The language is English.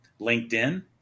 LinkedIn